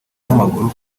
n’amaguru